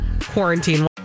quarantine